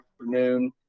afternoon